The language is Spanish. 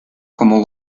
como